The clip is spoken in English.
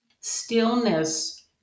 stillness